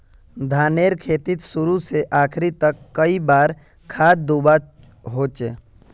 धानेर खेतीत शुरू से आखरी तक कई बार खाद दुबा होचए?